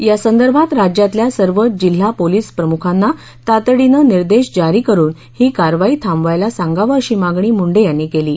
यासंदर्भात राज्यातल्या सर्व जिल्हा पोलिसप्रमुखांना तातडीनं निर्देश जारी करुन ही कारवाई थांबवायला सांगावं अशी मागणी मुंडे यांनी मुख्यमंत्र्यांकडे केली आहे